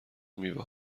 میوه